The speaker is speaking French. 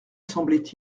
semblait